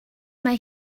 mae